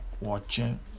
watching